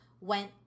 went